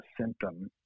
symptom